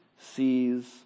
sees